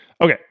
Okay